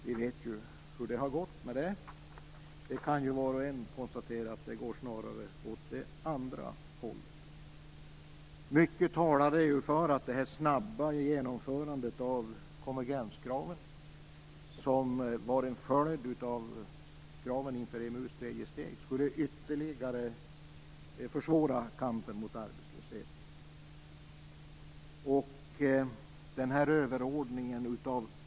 Vi vet ju hur det har gått med det. Var och en kan konstatera att det snarare går åt det andra hållet. Mycket talade för att det snabba genomförandet av konvergenskraven, som var en följd av kraven inför EMU:s tredje steg, ytterligare skulle försvåra kampen mot arbetslösheten.